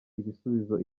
ibisubizo